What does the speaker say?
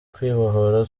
kwibohora